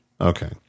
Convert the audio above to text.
Okay